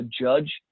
judge